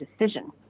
decision